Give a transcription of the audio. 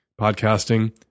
Podcasting